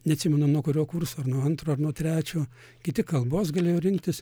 neatsimenu nuo kurio kurso ar nuo antro ar nuo trečio kiti kalbos galėjo rinktis